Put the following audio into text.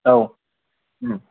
औ औ